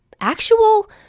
Actual